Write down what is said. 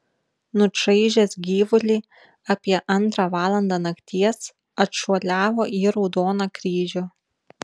nučaižęs gyvulį apie antrą valandą nakties atšuoliavo į raudoną kryžių